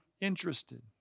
interested